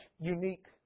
unique